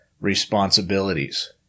responsibilities